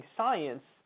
science